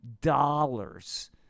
Dollars